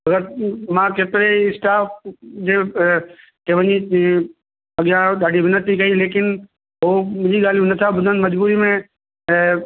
पर मां केतिरे ई स्टाफ जे हुते वञी ईअं अॻियां ॾाढी विनती कई लेकिन उहो मुंहिंजी ॻाल्हि नथा ॿुधनि मजबूरी में ऐं